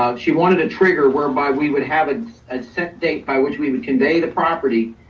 um she wanted a trigger whereby we would have ah a set date by which we would convey the property.